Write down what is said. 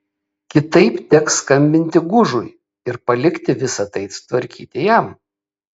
kitaip teks skambinti gužui ir palikti visa tai tvarkyti jam